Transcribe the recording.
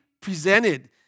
presented